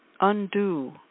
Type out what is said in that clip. undo